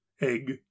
egg